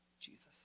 Jesus